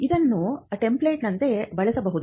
ಇದನ್ನು ಟೆಂಪ್ಲೇಟ್ನಂತೆ ಬಳಸಬಹುದು